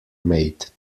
made